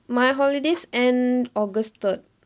my holidays end august third